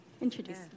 introduce